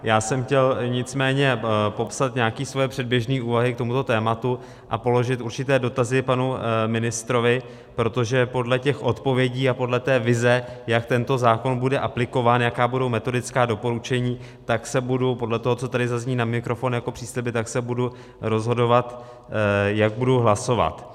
Já jsem chtěl nicméně popsat nějaké svoje předběžné úvahy k tomuto tématu a položit určité dotazy panu ministrovi, protože podle odpovědí a podle té vize, jak tento zákon bude aplikován, jaká budou metodická doporučení, tak podle toho, co tady zazní na mikrofon jako přísliby, se budu rozhodovat, jak budu hlasovat.